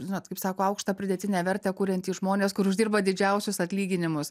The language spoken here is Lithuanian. žinot kaip sako aukštą pridėtinę vertę kuriantys žmonės kur uždirba didžiausius atlyginimus